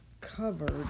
covered